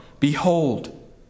Behold